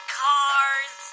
cars